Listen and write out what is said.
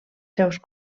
seus